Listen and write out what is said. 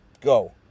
Go